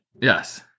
Yes